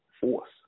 force